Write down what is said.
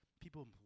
People